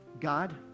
God